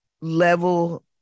level